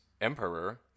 emperor